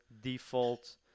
default